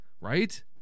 right